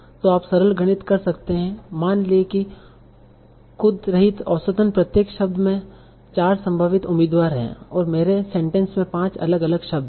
तो आप सरल गणित कर सकते हैं मान लें कि खुद सहित औसतन प्रत्येक शब्द में चार संभावित उम्मीदवार हैं और मेरे सेंटेंस में पाँच अलग अलग शब्द हैं